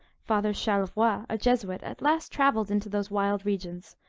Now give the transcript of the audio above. father charlevoix a jesuit, at last travelled into those wild regions,